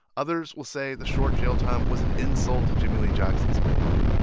others will say the short jail time was an insult to jimmie lee jackson's memory,